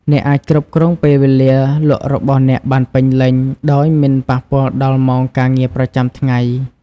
អ្នកអាចគ្រប់គ្រងពេលវេលាលក់របស់អ្នកបានពេញលេញ ដោយមិនប៉ះពាល់ដល់ម៉ោងការងារប្រចាំថ្ងៃ។